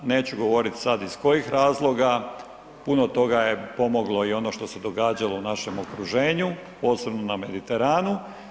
Neću govoriti sad iz kojih razloga, puno toga je pomoglo, i ono što se događalo u našem okruženju, posebno na Mediteranu.